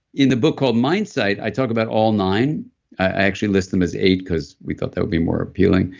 in the book called mindsight, i talk about all nine. i actually list them as eight, because we thought that would be more appealing.